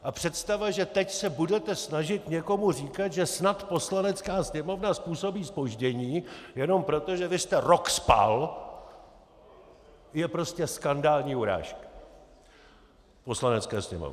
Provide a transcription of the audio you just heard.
A představa, že teď se budete snažit někomu říkat, že snad Poslanecká sněmovna způsobí zpoždění, jenom proto, že vy jste rok spal, je prostě skandální urážka Poslanecké sněmovny.